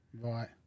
Right